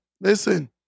Listen